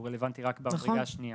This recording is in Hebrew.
הוא רלוונטי רק במדרגה השנייה.